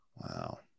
Wow